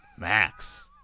Max